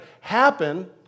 happen